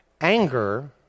Anger